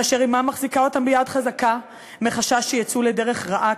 כאשר אמם מחזיקה אותם ביד חזקה מחשש שיצאו לדרך רעה,